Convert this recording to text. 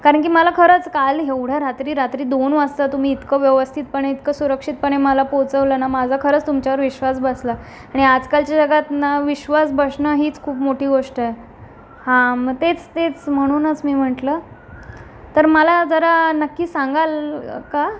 कारण की मला खरंच काल एवढं रात्रीरात्री दोन वाजता तुम्ही इतकं व्यवस्थितपणे इतकं सुरक्षितपणे मला पोचवलं ना माझा खरंच तुमच्यावर विश्वास बसला आणि आजकालच्या जगात ना विश्वास बसणं हीच खूप मोठी गोष्ट आहे हा मग तेच तेच म्हणूनच मी म्हटलं तर मला जरा नक्की सांगाल का